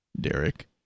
Derek